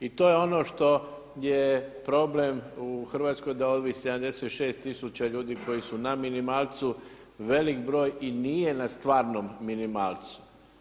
I to je ono što je problem u Hrvatskoj da ovih 76 tisuća ljudi koji su na minimalcu velik broj i nije na stvarnom minimalcu.